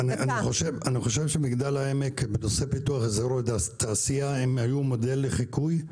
אני חושב שמגדל העמק בנושא פיתוח אזורי תעשייה הם היו מודל לחיקוי.